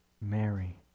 Mary